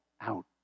out